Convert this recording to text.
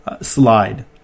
slide